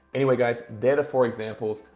anyway, guys, they're the four examples.